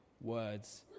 words